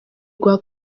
rwa